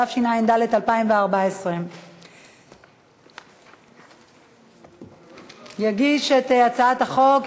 התשע"ד 2014. יגיש את הצעת החוק,